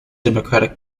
democratic